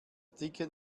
ticket